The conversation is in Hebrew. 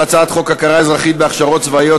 הצעת חוק הכרה אזרחית בהכשרות צבאיות,